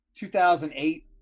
2008